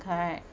correct